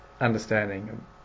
understanding